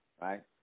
right